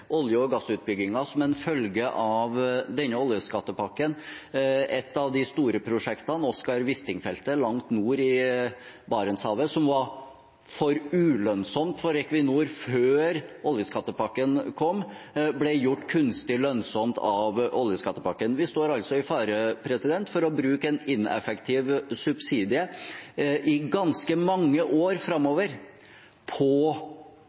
olje- og gassutbygginger som en følge av denne oljeskattepakken. Et av de store prosjektene, Oscar Wisting-feltet langt nord i Barentshavet, som var for ulønnsomt for Equinor før oljeskattepakken kom, ble gjort kunstig lønnsomt av oljeskattepakken. Vi står altså i fare for å bruke en ineffektiv subsidie i ganske mange år framover på